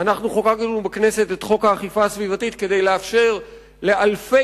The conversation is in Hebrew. לכן חוקקנו בכנסת את חוק האכיפה הסביבתית כדי לאפשר לאלפי